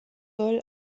soll